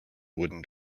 wooden